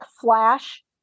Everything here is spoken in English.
flash